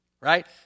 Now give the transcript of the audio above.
right